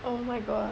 oh my god